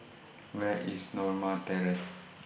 Where IS Norma Terrace